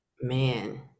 man